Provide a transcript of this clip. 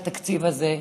התקציב הזה,